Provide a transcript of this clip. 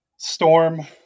storm